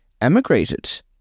emigrated